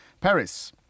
Paris